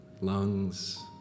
lungs